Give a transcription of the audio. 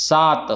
सात